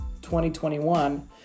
2021